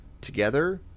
together